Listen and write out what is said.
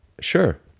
Sure